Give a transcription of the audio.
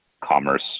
commerce